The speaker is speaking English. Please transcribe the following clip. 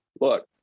look